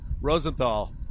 Rosenthal